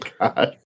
God